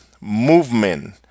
movement